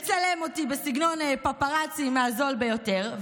מצלם אותי בסגנון פפראצי מהזולים ביותר,